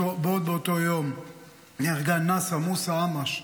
ועוד באותו היום נהרגה נסה מוסא עמאש,